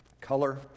color